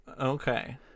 Okay